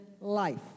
life